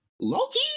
Loki